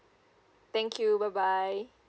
thank you bye bye